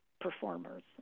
performers